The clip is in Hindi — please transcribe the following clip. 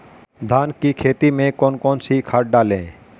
धान की खेती में कौन कौन सी खाद डालें?